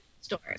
stores